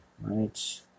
Right